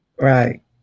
Right